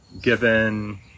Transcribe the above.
given